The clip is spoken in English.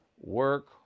work